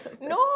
No